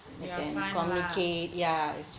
yeah fine lah